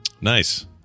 Nice